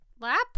Lap